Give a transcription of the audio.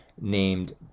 named